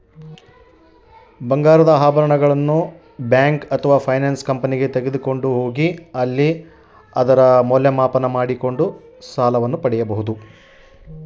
ಬಂಗಾರದ ಮೇಲೆ ಸಾಲ ಹೆಂಗ ಪಡಿಬೇಕು?